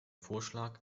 vorschlag